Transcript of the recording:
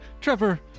Trevor